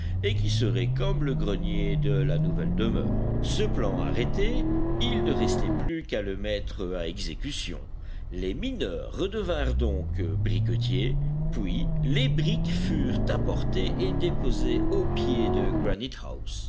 et qui serait comme le grenier de la nouvelle demeure ce plan arrêté il ne restait plus qu'à le mettre à exécution les mineurs redevinrent donc briquetiers puis les briques furent apportées et déposées au pied de